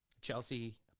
Chelsea